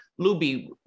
Luby